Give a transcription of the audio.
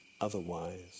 otherwise